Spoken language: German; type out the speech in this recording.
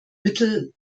mittel